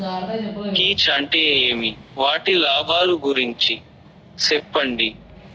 కీచ్ అంటే ఏమి? వాటి లాభాలు గురించి సెప్పండి?